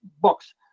box